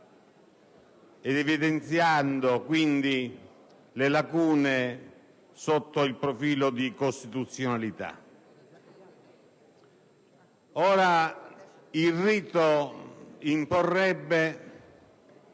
evidenziandone quindi le lacune sotto il profilo di costituzionalità. Il rito imporrebbe